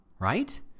Right